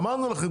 אמרנו לכם,